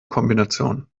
kombination